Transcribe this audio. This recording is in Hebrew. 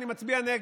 אני מצביע נגד.